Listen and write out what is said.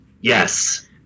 Yes